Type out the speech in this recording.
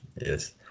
yes